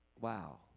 Wow